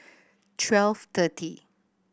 twelve thirty